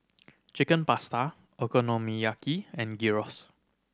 Chicken Pasta Okonomiyaki and Gyros